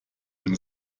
dem